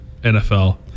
NFL